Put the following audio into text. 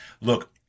look